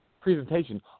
presentation